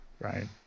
Right